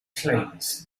claims